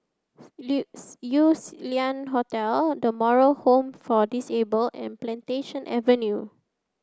yews Lian Hotel the Moral Home for Disabled and Plantation Avenue